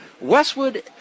Westwood